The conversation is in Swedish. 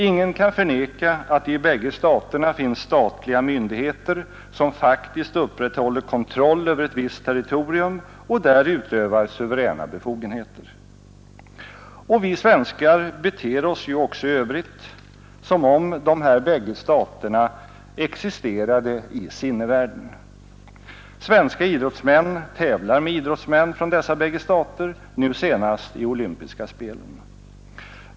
Ingen kan förneka att det i bägge staterna finns statliga myndigheter som faktiskt upprätthåller kontroll över ett visst territorium och där utövar suveräna befogenheter. Vi svenskar beter oss ju också i övrigt som om Demokratiska folkrepubliken Korea och Tyska demokratiska republiken existerade i sinnevärlden. Svenska idrottsmän tävlar med idrottsmän från dessa bägge stater, nu senast i olympiska spelen.